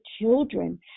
children